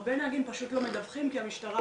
הרבה נהגים פשוט לא מדווחים כי המשטרה